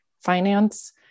finance